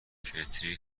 کتری